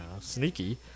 sneaky